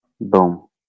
boom